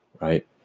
right